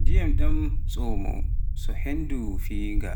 ndiyam ɗan tsamoo so henndi fii nga.